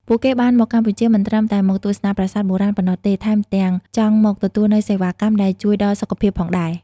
ពួកគេបានមកកម្ពុជាមិនត្រឹមតែមកទស្សនាប្រាសាទបុរាណប៉ុណ្ណោះទេ ថែមទាំងចង់មកទទួលនូវសេវាកម្មដែលជួយដល់សុខភាពផងដែរ។